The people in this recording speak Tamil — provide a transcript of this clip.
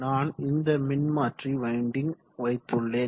நான் இந்த மின்மாற்றி வைண்டிங் வைத்துள்ளேன்